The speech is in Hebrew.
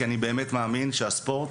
כי אני באמת מאמין שהספורט